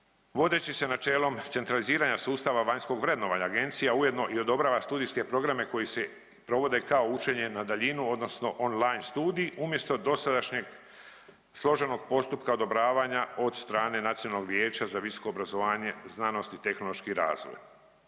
Vodeći se načelo centraliziranja sustava vanjskog vrednovanja, Agencija ujedno i odobrava studijske programi koji se provode kao učenje na daljinu odnosno online studij umjesto dosadašnjeg složenog postupka odobravanja od strane Nacionalnog vijeća za visoko obrazovanje, znanost i tehnološki razvoj.